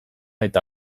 eta